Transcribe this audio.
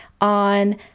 on